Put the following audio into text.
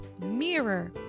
Mirror